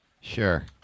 Sure